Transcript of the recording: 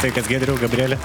sveikas giedriau gabriele